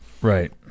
Right